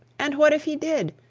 and what if he did!